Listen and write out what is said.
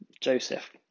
Joseph